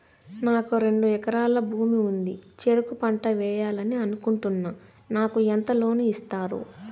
నాకు రెండు ఎకరాల భూమి ఉంది, చెరుకు పంట వేయాలని అనుకుంటున్నా, నాకు ఎంత లోను ఇస్తారు?